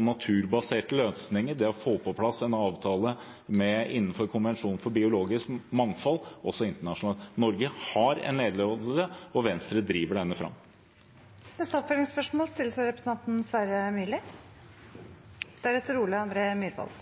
naturbaserte løsninger, det å få på plass en avtale innenfor Konvensjonen om biologisk mangfold også internasjonalt. Norge har en lederrolle, og Venstre driver denne fram. Sverre Myrli – til oppfølgingsspørsmål.